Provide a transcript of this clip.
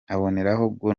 aboneraho